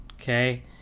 okay